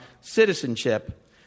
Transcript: citizenship